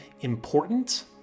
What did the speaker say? important